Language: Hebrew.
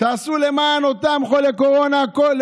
תעשו למען אותם חולי קורונה הכול,